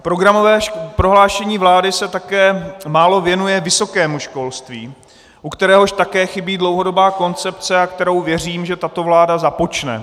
Programové prohlášení vlády se také málo věnuje vysokému školství, u kteréhož také chybí dlouhodobá koncepce, a kterou věřím, že tato vláda započne.